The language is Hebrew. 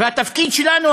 והתפקיד שלנו,